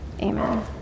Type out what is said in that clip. amen